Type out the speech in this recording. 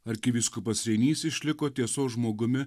arkivyskupas reinys išliko tiesos žmogumi